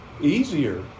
easier